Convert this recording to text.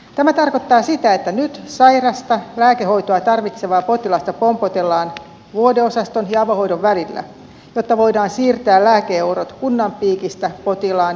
tämä tarkoittaa sitä että nyt sairasta lääkehoitoa tarvitsevaa potilasta pompotellaan vuodeosaston ja avohoidon välillä jotta voidaan siirtää lääke eurot kunnan piikistä potilaan ja kelan piikkiin